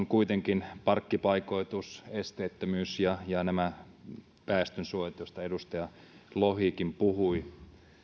kuitenkin parkkipaikoitus esteettömyys ja ja nämä väestönsuojat joista edustaja lohikin puhui